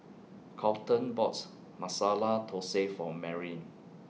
Kolten bought Masala Thosai For Merilyn